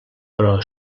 però